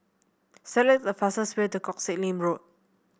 select the fastest way to Koh Sek Lim Road